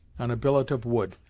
on a billet of wood,